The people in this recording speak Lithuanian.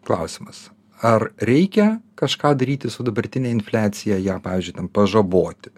klausimas ar reikia kažką daryti su dabartine infliacija ją pavyzdžiui pažaboti